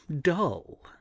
dull